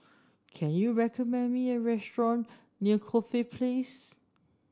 can you recommend me a restaurant near Corfe Place